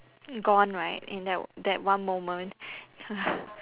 gone right in that that one moment